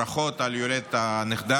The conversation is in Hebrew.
ברכות על הולדת הנכדה.